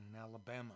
Alabama